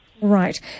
Right